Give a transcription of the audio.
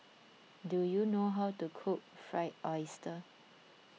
do you know how to cook Fried Oyster